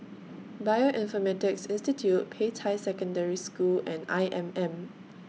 Bioinformatics Institute Peicai Secondary School and I M M